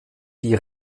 die